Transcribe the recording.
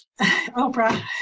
Oprah